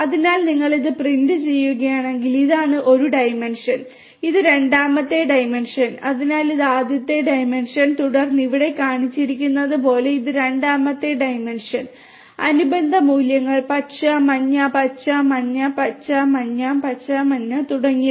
അതിനാൽ നിങ്ങൾ ഇത് പ്രിന്റ് ചെയ്യുകയാണെങ്കിൽ ഇതാണ് ഒരു ഡൈമെൻഷൻ ഇത് രണ്ടാമത്തെ ഡൈമെൻഷൻ അതിനാൽ ഇത് ആദ്യത്തെ ഡൈമെൻഷൻ തുടർന്ന് ഇവിടെ കാണിച്ചിരിക്കുന്നതുപോലെ ഇത് രണ്ടാമത്തെ ഡൈമെൻഷൻ അനുബന്ധ മൂല്യങ്ങൾ പച്ച മഞ്ഞ പച്ച മഞ്ഞ പച്ച മഞ്ഞ പച്ച മഞ്ഞ പച്ച തുടങ്ങിയവ